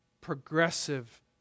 progressive